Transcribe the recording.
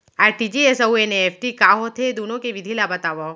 RTGS अऊ NEFT का होथे, दुनो के विधि ला बतावव